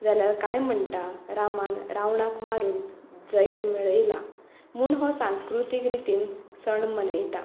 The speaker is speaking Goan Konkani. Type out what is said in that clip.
जाल्यार कांय म्हणटा रामान रावणाक मारून जैत मेळयलां म्हूण हो सांस्कृतीक रितीन सण मनयता